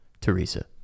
teresa